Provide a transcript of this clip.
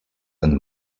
and